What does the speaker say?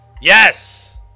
yes